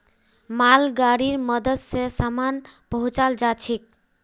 मालगाड़ीर मदद स सामान पहुचाल जाछेक